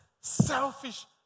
selfish